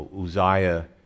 Uzziah